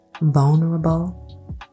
vulnerable